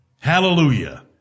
Hallelujah